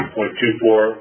0.24